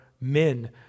men